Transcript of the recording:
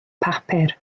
papur